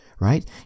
right